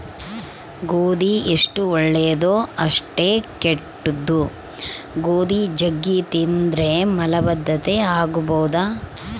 ಗೋಧಿ ಎಷ್ಟು ಒಳ್ಳೆದೊ ಅಷ್ಟೇ ಕೆಟ್ದು, ಗೋಧಿ ಜಗ್ಗಿ ತಿಂದ್ರ ಮಲಬದ್ಧತೆ ಆಗಬೊದು